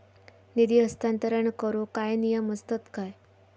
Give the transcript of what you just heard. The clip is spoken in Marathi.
निधी हस्तांतरण करूक काय नियम असतत काय?